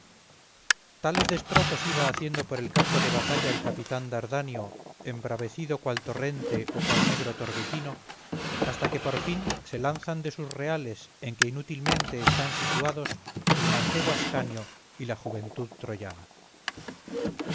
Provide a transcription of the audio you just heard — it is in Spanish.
tales destrozos iba haciendo por el campo de batalla el capitán dardanio embravecido cual torrente o cual negro torbellino hasta que por fin se lanzan de sus reales en que inútilmente están sitiados el mancebo ascanio y la juventud troyana